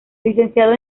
licenciado